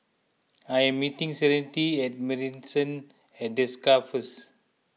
I am meeting Serenity at Marrison at Desker first